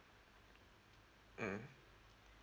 mm